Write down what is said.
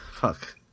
Fuck